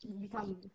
become